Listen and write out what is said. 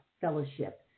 fellowship